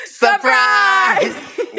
Surprise